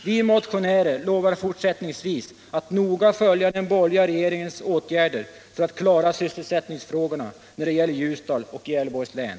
Vi motionärer lovar fortsättningsvis att noga följa den borgerliga regeringens åtgärder för att klara sysselsättningsfrågorna när det gäller Ljusdal och Gävleborgs län.